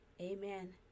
amen